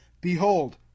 Behold